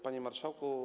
Panie Marszałku!